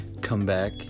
comeback